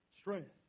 Strength